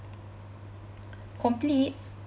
complete